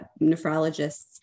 nephrologists